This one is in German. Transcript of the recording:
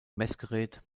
messgerät